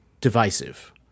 divisive